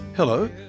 Hello